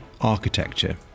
architecture